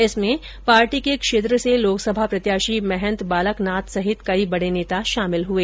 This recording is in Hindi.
इसमें पार्टी के क्षेत्र से लोकसभा प्रत्याशी महंत बालकनाथ सहित कई बडे नेता शामिल हुए